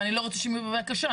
ואני לא רוצה שהם יהיו בבעיה קשה,